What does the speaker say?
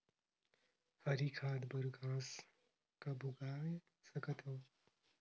हरी खाद बर घास कब उगाय सकत हो?